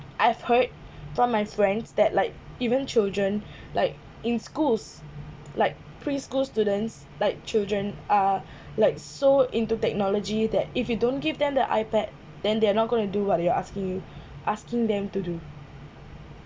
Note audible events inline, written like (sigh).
I have heard from my friends that like even children (breath) like in schools like preschool students like children are (breath) like so into technology that if you don't give them the ipad then they are not going to do what you are asking (noise) asking them to do